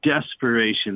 desperation